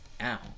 Ow